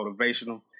Motivational